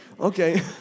Okay